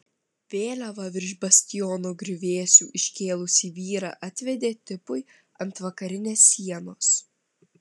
vėliavą virš bastiono griuvėsių iškėlusį vyrą atvedė tipui ant vakarinės sienos